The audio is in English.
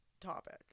topic